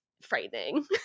frightening